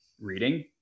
reading